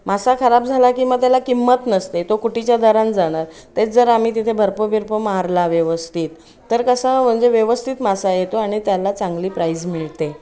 मासा खराब झाला की मग त्याला किंमत नसते तो कुटीच्या दराने जाणार तेच जर आम्ही तिथे बर्फ बिरप मारला व्यवस्थित तर कसा म्हणजे व्यवस्थित मासा येतो आणि त्याला चांगली प्राईज मिळते